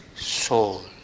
soul